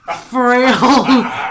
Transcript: frail